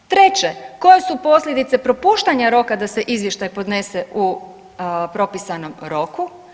Treće koje su posljedice propuštanja roka da se izvještaj podnese u propisanom roku.